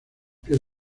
pies